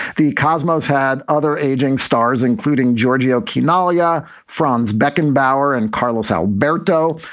the cosmos had other aging stars, including giorgio kanala franz beckenbauer and carlos alberto.